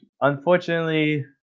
Unfortunately